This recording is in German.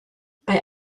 bei